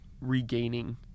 regaining